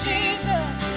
Jesus